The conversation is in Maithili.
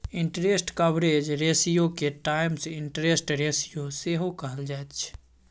इंटरेस्ट कवरेज रेशियोके टाइम्स इंटरेस्ट रेशियो सेहो कहल जाइत छै